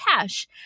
cash